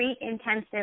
intensive